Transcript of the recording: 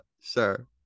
sure